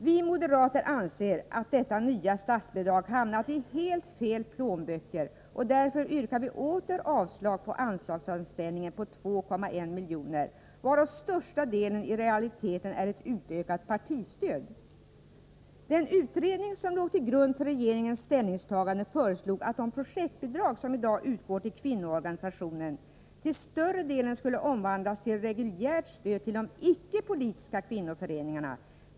Vi moderater anser att detta nya statsbidrag hamnat i helt fel plånböcker, och därför yrkar vi åter avslag på anslagsframställningen på 2,1 milj.kr., varav största delen i realiteten är ett utökat partistöd. Den utredning som låg till grund för regeringens ställningstagande föreslog att det projektbidrag som i dag utgår till kvinnoorganisationerna till större delen skulle omvandlas till reguljärt stöd till de icke-politiska kvinnoföreningarna.